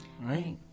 right